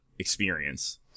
experience